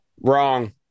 Wrong